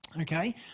okay